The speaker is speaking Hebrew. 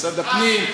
משרד הפנים,